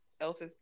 else's